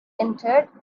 entered